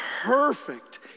perfect